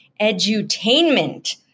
edutainment